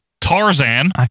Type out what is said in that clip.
Tarzan